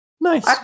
nice